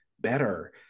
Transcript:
better